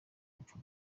rupfu